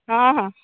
ହଁ ହଁ